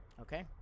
Okay